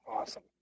Awesome